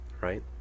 Right